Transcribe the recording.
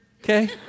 okay